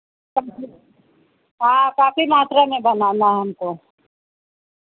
हाँ काफ़ी मात्रा में बनाना है हमको